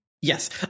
Yes